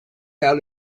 out